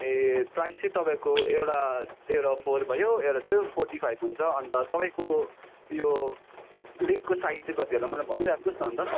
ए price चाहिँ तपाईँको एउटा एउटा फोर भयो एउटा चाहिँ फोर्टी फाइभ हुन्छ अन्त तपाईँको यो लेगको साइज चाहिँ कति होला मलाई भनिराख्नुहोस् न अन्त